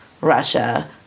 Russia